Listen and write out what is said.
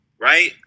right